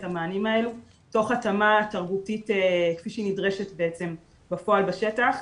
המענים האלו תוך התאמה תרבותית כפי שהיא נדרשת בעצם בפועל בשטח,